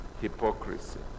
hypocrisy